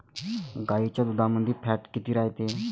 गाईच्या दुधामंदी फॅट किती रायते?